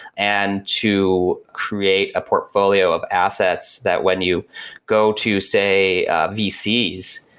and to create a portfolio of assets that when you go to say vcs,